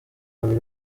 babiri